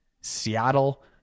Seattle